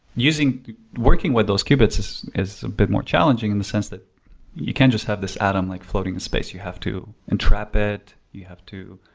working with those qubits is a bit more challenging in the sense that you can just have this atom like floating in space. you have to entrap it, you have to